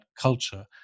culture